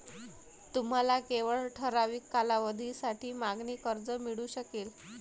तुम्हाला केवळ ठराविक कालावधीसाठी मागणी कर्ज मिळू शकेल